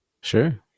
Sure